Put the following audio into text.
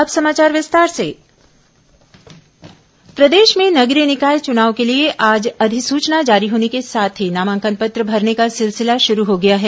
अब समाचार विस्तार से निकाय चुनाव नामांकन प्रदेश में नगरीय निकाय चुनाव के लिए आज अधिसूचना जारी होने के साथ ही नामांकन पत्र भरने का सिलसिला शुरू हो गया है